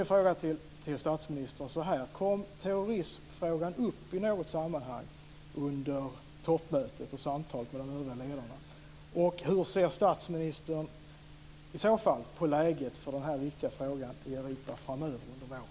Min fråga till statsministern är denna: Kom terrorismfrågan upp i något sammanhang under toppmötet i samtalet med de övriga ledarna? Hur ser statsministern i så fall på läget för de här viktiga frågorna i Europa framöver, under våren?